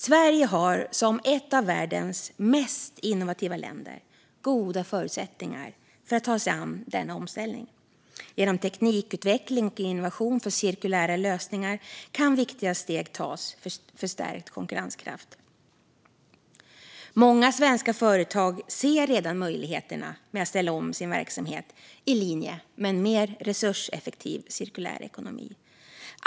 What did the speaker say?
Sverige har, som ett av världens mest innovativa länder, goda förutsättningar att ta sig an denna omställning. Genom teknikutveckling och innovation för cirkulära lösningar kan viktiga steg tas för stärkt konkurrenskraft. Många svenska företag ser redan möjligheterna med att ställa om sin verksamhet i linje med en mer resurseffektiv cirkulär ekonomi.